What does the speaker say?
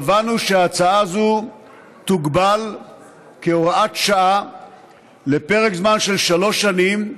קבענו שההצעה הזאת תוגבל כהוראת שעה לפרק זמן של שלוש שנים,